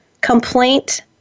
complaint